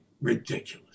ridiculous